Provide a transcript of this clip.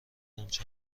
دارد